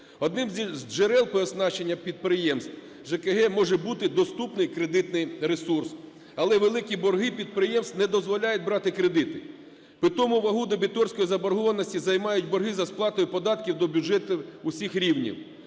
Одним з джерел переоснащення підприємств ЖКГ може бути доступний кредитний ресурс, але великі борги підприємств не дозволяють брати кредити. Питому вагу дебіторської заборгованості займають борги за сплатою податків до бюджету усіх рівнів,